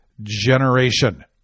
generation